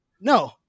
No